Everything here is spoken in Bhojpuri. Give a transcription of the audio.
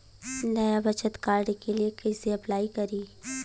नया बचत कार्ड के लिए कइसे अपलाई करी?